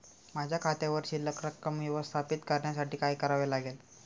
माझ्या खात्यावर शिल्लक रक्कम व्यवस्थापित करण्यासाठी काय करावे लागेल?